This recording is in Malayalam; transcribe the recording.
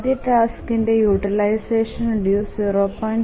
ആദ്യ ടാസ്കിന്റെ യൂട്ടിലൈസഷൻ ഡ്യൂ 0